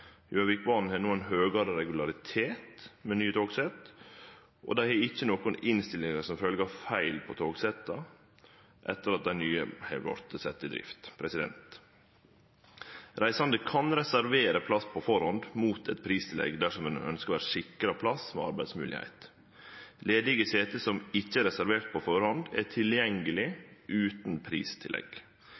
har no ein høgre regularitet med nye togsett, og ikkje nokon innstillingar som følgje av feil på togsetta etter at dei nye har vorte sette i drift. Reisande kan reservere plass på førehand mot eit pristillegg dersom ein ønskjer å vere sikra ein plass med arbeidsmogelegheit. Ledige seter som ikkje er reserverte på førehand, er tilgjengelege utan pristillegg.